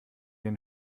den